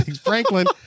Franklin